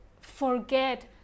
forget